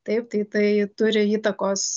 taip tai tai turi įtakos